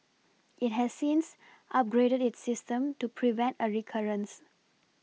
it has since upgraded its system to prevent a recurrence